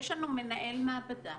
יש לנו מנהל מעבדה